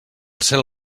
cel